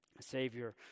Savior